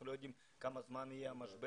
אנחנו לא יודעים כמה זמן יהיה המשבר.